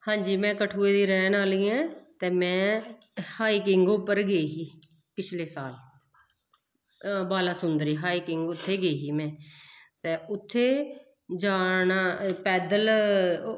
हां जी में कठुए दी रैह्न आह्ली ऐं ते में हाईकिंग उप्पर गेई ही पिछले साल बाला सुंदरी हाईकिंग उत्थें गेई ही में ते उत्थें जाना पैदल